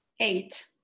Eight